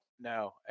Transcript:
No